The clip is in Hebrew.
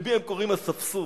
למי הם קוראים אספסוף?